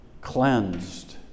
cleansed